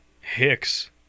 Hicks